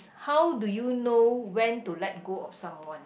how do you know when to let go of someone